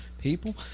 people